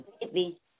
baby